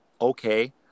okay